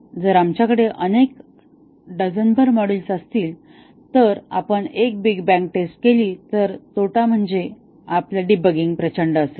जर आमच्याकडे अनेक डझनभर मॉड्यूल्स असतील आणि आपण एक बिग बंग टेस्ट केली तर तोटा म्हणजे आपली डीबगिंग प्रचंड असेल